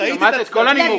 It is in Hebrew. ראית את הדברים?